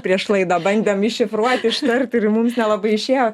prieš laidą bandėm iššifruot ištart ir mum nelabai išėjo